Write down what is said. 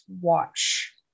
watch